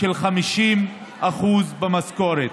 של 50% במשכורת.